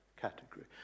category